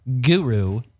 guru